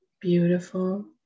Beautiful